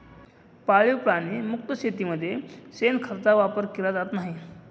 पाळीव प्राणी मुक्त शेतीमध्ये शेणखताचा वापर केला जात नाही